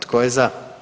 Tko je za?